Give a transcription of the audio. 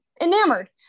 enamored